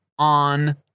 on